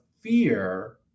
fear